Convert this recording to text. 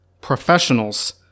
Professionals